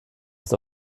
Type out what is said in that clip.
ist